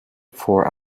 for